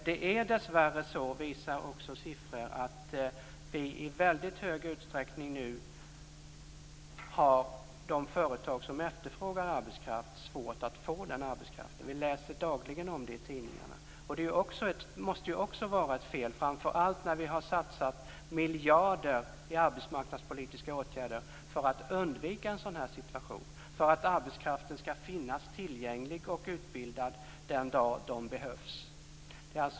Det är dessvärre så, visar också siffror, att företag som efterfrågar arbetskraft nu i stor utsträckning har svårt att få den arbetskraften. Det läser vi dagligen om i tidningarna. Det måste också vara fel, framför allt när vi har satsat miljarder i arbetsmarknadspolitiska åtgärder för att undvika en sådan situation och för att arbetskraften skall finnas tillgänglig och utbildad den dag den behövs.